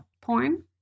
porn